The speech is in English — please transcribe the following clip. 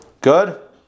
Good